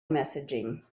messaging